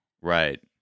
Right